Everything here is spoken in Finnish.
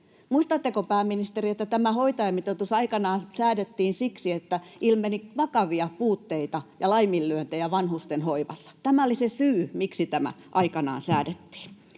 Muistatteko, pääministeri, että tämä hoitajamitoitus aikanaan säädettiin siksi, että ilmeni vakavia puutteita ja laiminlyöntejä vanhustenhoivassa? Tämä oli se syy, miksi tämä aikanaan säädettiin.